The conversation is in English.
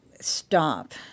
stop